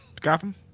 Gotham